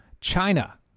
China